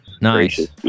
Nice